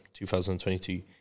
2022